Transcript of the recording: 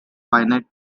finite